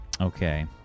Okay